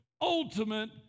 ultimate